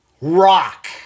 rock